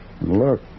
Look